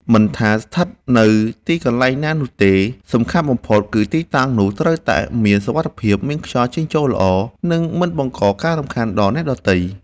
មិនថាស្ថិតនៅទីកន្លែងណានោះទេ សំខាន់បំផុតគឺទីតាំងនោះត្រូវតែមានសុវត្ថិភាព មានខ្យល់ចេញចូលល្អ និងមិនបង្កការរំខានដល់អ្នកដទៃ។